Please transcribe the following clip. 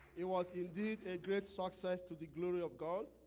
he was indeed a great source says to the glory of god,